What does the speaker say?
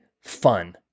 fun